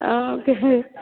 okay